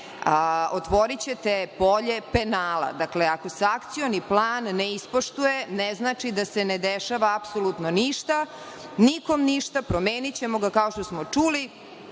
otvorićete polje penala. Dakle, ako se Akcioni plan ne ispoštuje, ne znači da se ne dešava apsolutno ništa, nikom ništa, promenićemo ga kao što smo čuli,